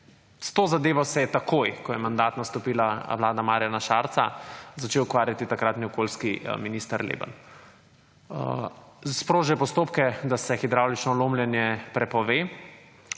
S to zadevo se je takoj, ko je v mandat nastopila Vlada Marjana Šarca, začel ukvarjati takratni okoljski minister Leben. Sprožil je postopke, da se hidravlično lomljenje prepove